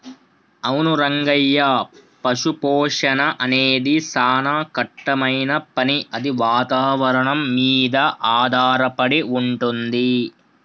అవును రంగయ్య పశుపోషణ అనేది సానా కట్టమైన పని అది వాతావరణం మీద ఆధారపడి వుంటుంది